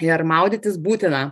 ir maudytis būtina